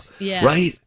Right